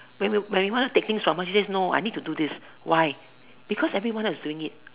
when we when we want to take things from her she said no I need to do this why because everyone is doing it